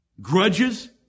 grudges